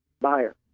buyer